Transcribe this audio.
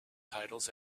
titles